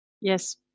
Yes